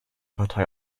partei